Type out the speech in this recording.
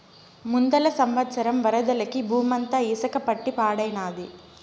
ముందల సంవత్సరం వరదలకి బూమంతా ఇసక పట్టి పాడైనాది